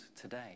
today